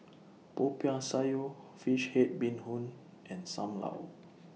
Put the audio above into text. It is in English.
Popiah Sayur Fish Head Bee Hoon and SAM Lau